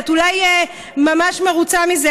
את אולי ממש מרוצה מזה,